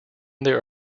there